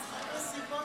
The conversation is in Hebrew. התשפ"ד 2024,